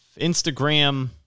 Instagram